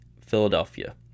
Philadelphia